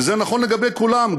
וזה נכון לגבי כולם,